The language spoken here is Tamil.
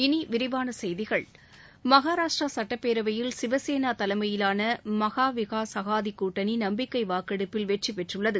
இனி விரிவான செய்திகள் மகாராஷ்டிரா சுட்டப்பேரவையில் சிவசேனா தலைமையிலான மகா விகாஸ் அஹாதி கூட்டணி நம்பிக்கை வாக்கெடுப்பில் வெற்றி பெற்றுள்ளது